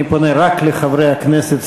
אני פונה רק לחברי הכנסת,